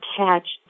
attached